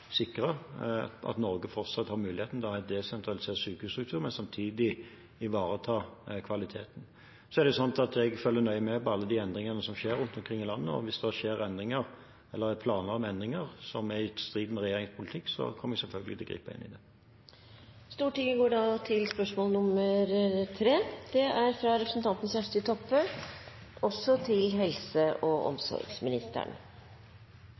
sikre at Norge fortsatt har muligheten til desentralisert sykehusstruktur og samtidig ivareta kvaliteten. Så er det sånn at jeg følger nøye med på alle de endringene som skjer rundt om i landet. Hvis det skjer endringer eller det er planer om endringer som er i strid med regjeringens politikk, kommer jeg selvfølgelig til å gripe inn. «Sjukehuset Telemark HF budsjetterer ifølgje NRK Telemark 16. januar 2015 ressursbruken etter ca. 100 pst. belegg. Den anbefalte internasjonale grensa for forsvarlegheit er